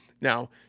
Now